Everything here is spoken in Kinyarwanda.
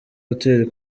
hoteli